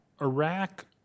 Iraq